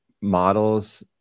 models